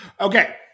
Okay